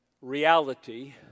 reality